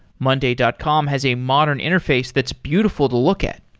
monday dot com has a modern interface that's beautiful to look at.